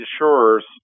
Insurers